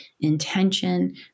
intention